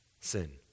sin